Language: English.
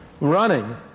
running